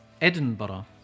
Edinburgh